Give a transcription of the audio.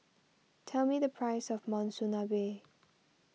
tell me the price of Monsunabe